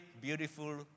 beautiful